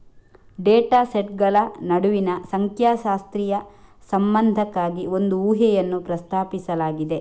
data ಸೆಟ್ಗಳ ನಡುವಿನ ಸಂಖ್ಯಾಶಾಸ್ತ್ರೀಯ ಸಂಬಂಧಕ್ಕಾಗಿ ಒಂದು ಊಹೆಯನ್ನು ಪ್ರಸ್ತಾಪಿಸಲಾಗಿದೆ